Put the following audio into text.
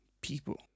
people